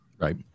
right